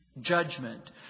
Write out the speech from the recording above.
judgment